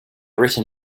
written